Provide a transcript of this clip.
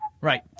Right